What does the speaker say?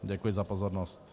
Děkuji za pozornost.